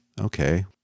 okay